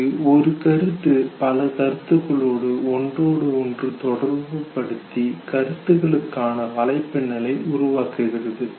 இங்கு ஒரு கருத்து பல கருத்துக்களை ஒன்றோடு ஒன்று தொடர்பு படுத்தி கருத்துகளுக்கான வலைப்பின்னலை உருவாக்குகிறது